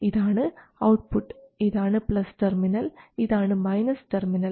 ഇതാണ് ഔട്ട്പുട്ട് ഇതാണ് plus terminal ഇതാണ് മൈനസ് ടെർമിനൽ